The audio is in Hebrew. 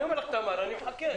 בוועדה.